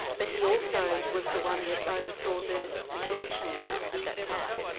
but he also was the one that oversaw the the collection now at that time.